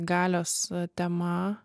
galios tema